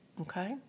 Okay